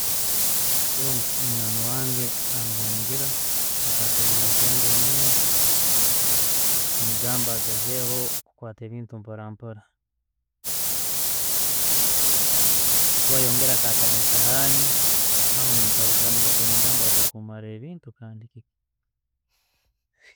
Kuba munywani wange abungira, akata glass yange munju, mugamba agezeho okukwata ebintu mporampora. Kuba ayongera akata esahani, aho nemutabukiramu kake nemugamba nogya kumalire ebintu.